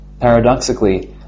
Paradoxically